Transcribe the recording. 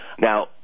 Now